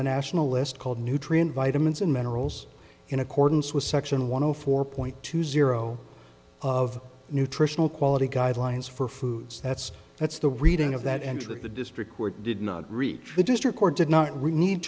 the national list called nutrient vitamins and minerals in accordance with section one hundred four point two zero of nutritional quality guidelines for foods that's that's the reading of that and that the district court did not reach the district court did not really need